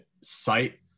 site